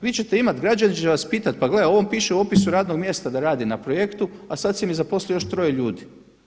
Vi ćete imati, građani će vas pitati pa gle ovom piše u opisu radnog mjesta da radi na projektu, a sada si mi zaposlio još troje ljudi.